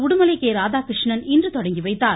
உடுமலை ராதாகிருஷ்ணன் இன்று தொடங்கிவைத்தார்